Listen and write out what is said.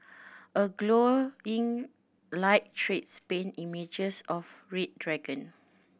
a glowing light trees paint images of red dragon